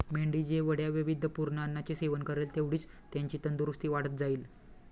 मेंढी जेवढ्या वैविध्यपूर्ण अन्नाचे सेवन करेल, तेवढीच त्याची तंदुरस्ती वाढत जाईल